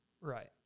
Right